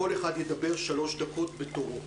כל אחד ידבר שלוש דקות בתורו.